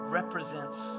represents